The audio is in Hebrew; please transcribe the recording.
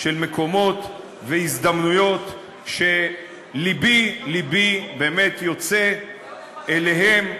של מקומות והזדמנויות שלבי, לבי באמת יוצא אליהם.